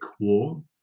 War